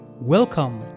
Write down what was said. Welcome